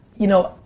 you know,